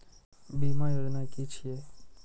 बीमा योजना कि छिऐ?